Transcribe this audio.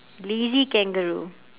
lazy kangaroo